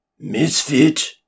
Misfit